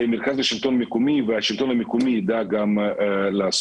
במרכז לשלטון מקומי, והשלטון המקומי ידע גם לעשות.